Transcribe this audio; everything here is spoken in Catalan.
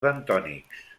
bentònics